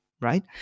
right